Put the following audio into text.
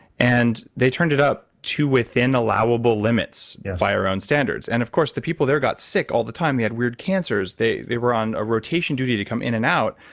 and they turned it up to within allowable limits, yeah by our own standards. and of course, the people there got sick all the time. they had weird cancers. they they were on a rotation duty to come in and out.